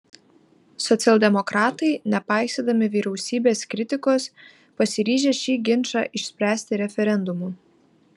socialdemokratai nepaisydami vyriausybės kritikos pasiryžę šį ginčą išspręsti referendumu